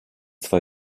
zwei